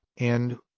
and